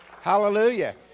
Hallelujah